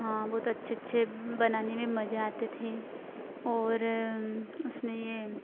हाँ बहुत अच्छे अच्छे बनाने में मजे आते थे और उसमें